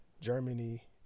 Germany